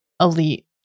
elite